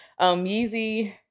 Yeezy